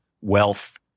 wealth